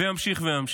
וממשיך וממשיך.